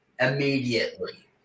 immediately